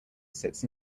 sits